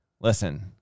Listen